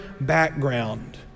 background